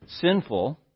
sinful